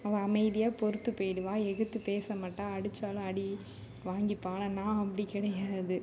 அவள் அமைதியாக பொறுத்து போய்டுவாள் எதிர்த்து பேச மாட்டாள் அடிச்சாலும் அடி வாங்கிப்பாள் ஆனால் நான் அப்படி கிடையாது